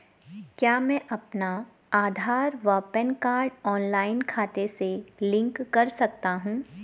क्या मैं अपना आधार व पैन कार्ड ऑनलाइन खाते से लिंक कर सकता हूँ?